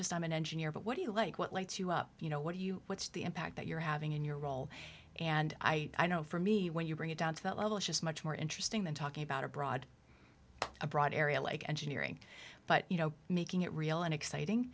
just i'm an engineer but what do you like what lights you up you know what do you what's the impact that you're having in your role and i know for me when you bring it down to that level it's just much more interesting than talking about a broad a broad area like engineering but you know making it real and exciting